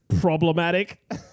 Problematic